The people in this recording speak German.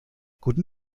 guten